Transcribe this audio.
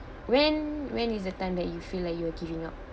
when when is the time that you feel like you are giving up